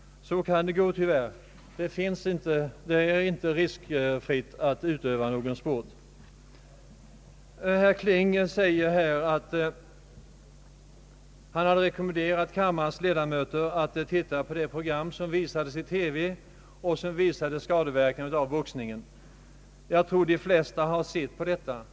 Så kan det tyvärr gå, det är inte riskfritt att utöva någon sport. Herr Kling rekommenderar riksdagens ledamöter att titta på det TV-program som visade skadeverkningar av boxning. Jag tror att de flesta har sett detta program.